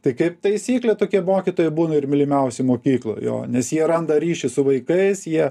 tai kaip taisyklė tokie mokytojai būna ir mylimiausi mokykloj jo nes jie randa ryšį su vaikais jie